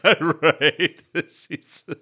right